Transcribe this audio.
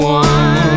one